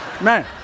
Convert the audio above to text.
man